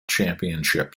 championship